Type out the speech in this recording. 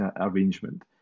arrangement